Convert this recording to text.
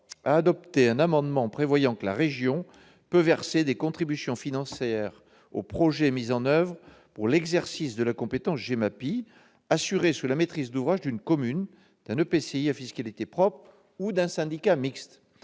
a adopté un amendement tendant à permettre à la région de verser des contributions financières aux projets mis en oeuvre pour l'exercice de la compétence GEMAPI et sous la maîtrise d'ouvrage d'une commune, d'un EPCI à fiscalité propre ou d'un syndicat mixte.